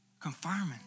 confirming